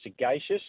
Sagacious